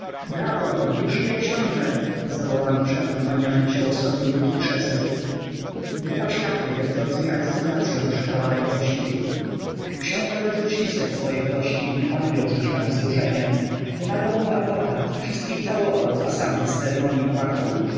brawo niech żyje książe zawołano przy akompaniamencie łoskotu nóg i krzeseł grupa szlachty gardzącej arystokracyą krzyczała najgłośniej książe zaczął ściskać swoich gości nie panując już nad wzruszeniem pomagał mu adwokat wszystkich całował a sam bez ceremonii płakał